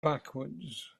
backwards